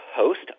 host